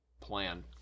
plan